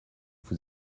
vous